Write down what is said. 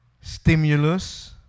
Stimulus